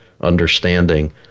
understanding